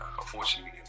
unfortunately